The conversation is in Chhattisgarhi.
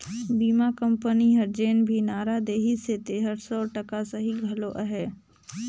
बीमा कंपनी हर जेन भी नारा देहिसे तेहर सौ टका सही घलो अहे